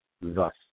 thus